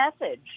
message